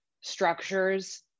structures